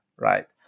Right